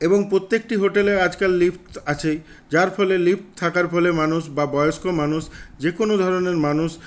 এবং প্রত্যেকটি হোটেলেই আজকাল লিফট আছেই যার ফলে লিফট থাকার ফলে মানুষ বা বয়স্ক মানুষ যে কোনো ধরনের মানুষ